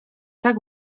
tak